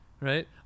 Right